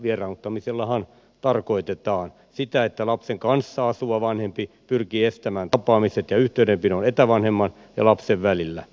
vieraannuttamisellahan tarkoitetaan sitä että lapsen kanssa asuva vanhempi pyrkii estämään tapaamiset ja yhteydenpidon etävanhemman ja lapsen välillä